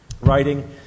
writing